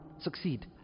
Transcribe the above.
Succeed